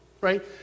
right